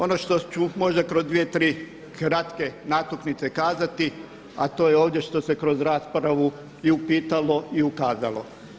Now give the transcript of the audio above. Ono što ću možda kroz dvije, tri kratke natuknice kazati, a to je ovdje što se kroz raspravu i upitalo i ukazalo.